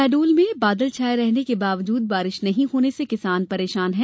शहडोल जिले में बादल छाये रहने के बावजूद बारिश नहीं होने से किसान परेशान हैं